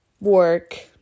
work